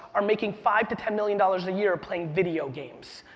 are making five to ten million dollars a year playing video games.